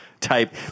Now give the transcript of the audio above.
type